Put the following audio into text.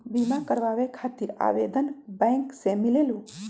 बिमा कराबे खातीर आवेदन बैंक से मिलेलु?